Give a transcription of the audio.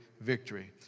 victory